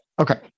Okay